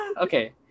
Okay